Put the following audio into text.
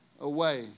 away